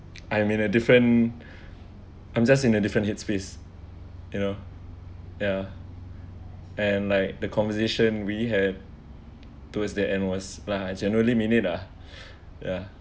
I'm in a different I'm just in a different head space you know ya and like the conversation we have towards the end was lah generally mean it uh ya